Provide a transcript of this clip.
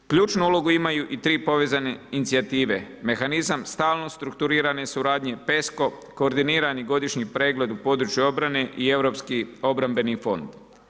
Ključnu ulogu imaju i tri povezane inicijative, mehanizam stalno strukturirane suradnje, PESCO, koordinirani godišnji pregled u području obrane i Europski obrambeni fond.